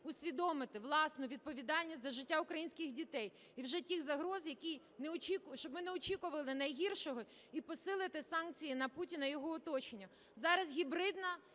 усвідомити власну відповідальність за життя українських дітей і вже тих загроз, які… щоб ми не очікували найгіршого, і посилити санкції на Путіна і його оточення. Зараз гібридна